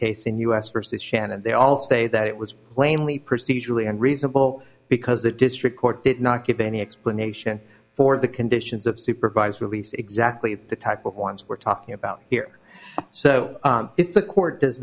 case in u s versus shannon they all say that it was plainly procedurally and reasonable because the district court did not give any explanation for the conditions of supervised release exactly the type of ones we're talking about here so if the court does